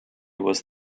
was